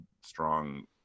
strong